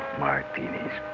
martinis